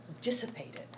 dissipated